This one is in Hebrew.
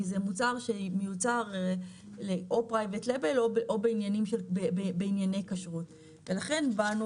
כי זה מוצר שמיוצר או PRIVATE LABEL או בענייני כשרות ולכן באנו